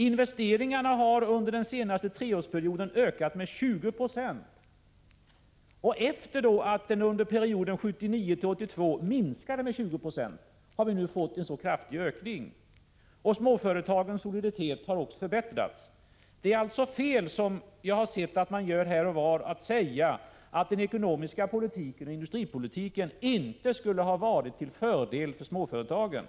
Investeringarna har under den senaste treårsperioden ökat med 20 20. Efter att de under perioden 1979-1982 minskade med 20 90 har vi alltså fått en lika kraftig ökning. Småföretagens soliditet har också förbättrats. Det är alltså fel, som jag har sett att man gör här och var, att säga att den ekonomiska politiken och industripolitiken inte skulle ha varit till fördel för småföretagen.